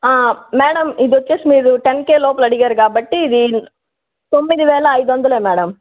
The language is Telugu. మేడం ఇది వచ్చేసి మీరు టెన్ కే లోపల అడిగారు కాబట్టి ఇది తొమ్మిదివేల ఐదువందలే మ్యాడమ్